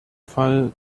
fall